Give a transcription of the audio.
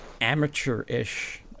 amateurish